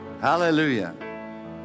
Hallelujah